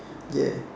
yes